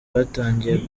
batangiye